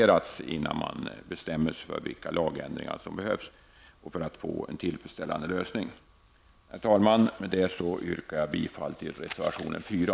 Först därefter kan man bestämma sig för vilka lagändringar som behövs -- detta för att få en tillfredsställande lösning. Herr talman! Med detta yrkar jag bifall till reservation nr 4.